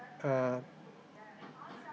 uh